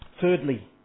Thirdly